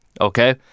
Okay